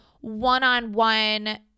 one-on-one